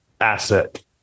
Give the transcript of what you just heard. Asset